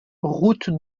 route